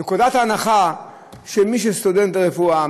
נקודת ההנחה היא שמי שהוא סטודנט לרפואה,